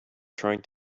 trying